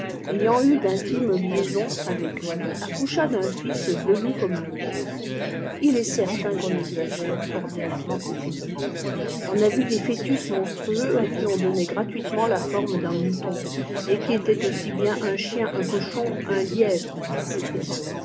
ayant eu d'intimes liaisons aveq lui accoucha d'un fils velu comme un ours il est certain qu'on exagère ordinairement ces phénomènes on a vu des foetus monstrueux à qui on donnait gratuitement la forme d'un mouton et qui étaient aussi bien un chien in cochon un lièvre etc